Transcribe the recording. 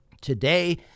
Today